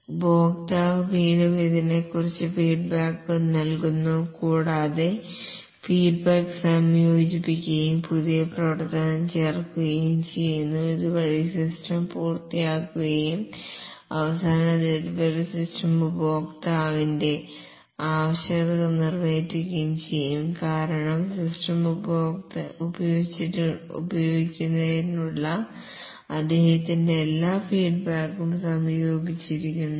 ഉപഭോക്താവ് വീണ്ടും ഇതിനെക്കുറിച്ച് ഫീഡ്ബാക്ക് നൽകുന്നു കൂടാതെ ഫീഡ്ബാക്ക് സംയോജിപ്പിക്കുകയും പുതിയ പ്രവർത്തനം ചേർക്കുകയും ചെയ്യുന്നു ഇതുവഴി സിസ്റ്റം പൂർത്തിയാകുകയും അവസാനം ഡെലിവറി സിസ്റ്റം ഉപഭോക്താവിന്റെ ആവശ്യകതകൾ നിറവേറ്റുകയും ചെയ്യും കാരണം സിസ്റ്റം ഉപയോഗിക്കുന്നതിനുള്ള അദ്ദേഹത്തിന്റെ എല്ലാ ഫീഡ്ബാക്കും സംയോജിപ്പിച്ചിരിക്കുന്നു